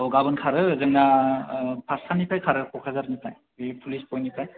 औ गाबोन खारो जोंना फास्थानिफ्राय खारो क'क्राझारनिफ्राय बे फुलिस पइन्टनिफ्राय